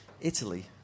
Italy